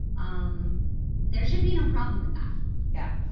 um there should be no problem with that yeah.